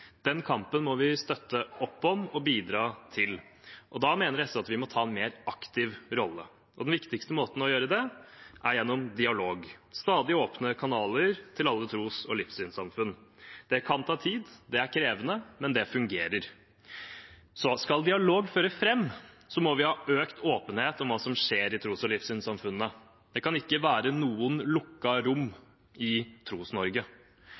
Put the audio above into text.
Den kampen må vi støtte opp om og bidra til. Da mener SV at vi må ta en mer aktiv rolle, og den viktigste måten å gjøre det på er gjennom dialog, stadig åpne kanaler til alle tros- og livssynssamfunn. Det kan ta tid, det er krevende, men det fungerer. Skal dialog føre fram, må vi ha økt åpenhet om hva som skjer i tros- og livssynssamfunnene. Det kan ikke være noen lukkede rom i